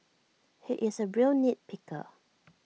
he is A real nit picker